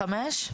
105?